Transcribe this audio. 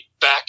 back